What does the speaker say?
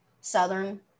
southern